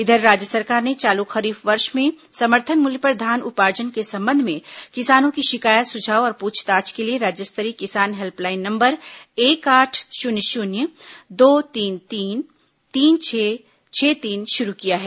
इधर राज्य सरकार ने चालू खरीफ वर्ष में समर्थन मूल्य पर धान उपार्जन के संबंध में किसानों की शिकायत सुझाव और पूछताछ के लिए राज्य स्तरीय किसान हेल्पलाइन नंबर एक आठ शून्य शून्य दो तीन तीन तीन छह छह तीन शुरू किया है